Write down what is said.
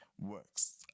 works